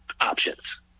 options